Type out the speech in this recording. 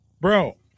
Bro